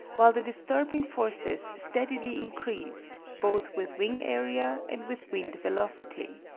while the disturbing forces steadily increased, both with wing area and with wind velocity.